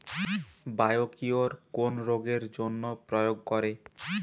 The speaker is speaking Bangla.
বায়োকিওর কোন রোগেরজন্য প্রয়োগ করে?